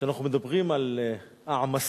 כשאנחנו מדברים על העמסה,